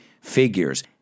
figures